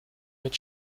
mit